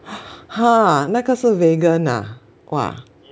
!huh! 那个是 vegan ah !wah!